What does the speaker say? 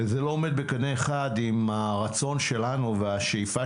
וזה לא עומד בקנה אחד עם הרצון שלנו ועם השאיפה